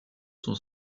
son